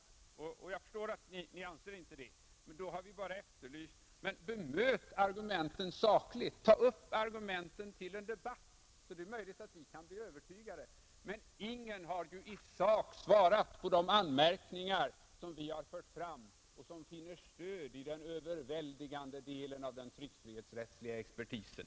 Jag förstår att ni inte anser det, men vi har bara efterlyst ett sakligt bemötande av argumenten. Ta upp argumenten till en debatt, så är det möjligt att vi kan bli övertygade! Men ingen har i sak svarat på de anmärkningar som vi har fört fram och som finner stöd hos den överväldigande delen av den tryckfrihetsrättsliga expertisen.